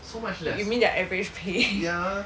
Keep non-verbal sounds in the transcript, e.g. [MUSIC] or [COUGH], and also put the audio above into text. you mean their average pay [LAUGHS]